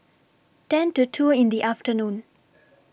ten to two in The afternoon